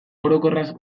orokorraz